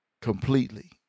completely